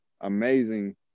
amazing